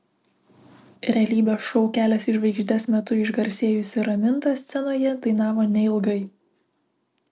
realybės šou kelias į žvaigždes metu išgarsėjusi raminta scenoje dainavo neilgai